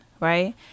right